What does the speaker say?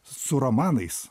su romanais